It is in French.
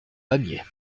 pamiers